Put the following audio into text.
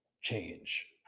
change